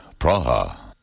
Praha